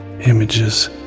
images